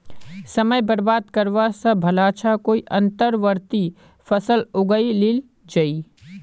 समय बर्बाद करवा स भला छ कोई अंतर्वर्ती फसल उगइ लिल जइ